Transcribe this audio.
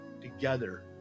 together